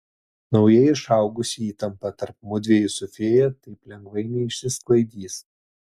naujai išaugusi įtampa tarp mudviejų su fėja taip lengvai neišsisklaidys